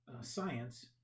science